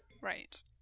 Right